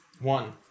One